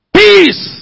peace